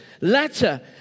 letter